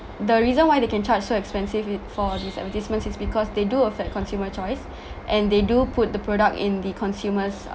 the reason why they can charge so expensive i~ for these advertisements is because they do affect consumer choice and they do put the product in the consumers